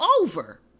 over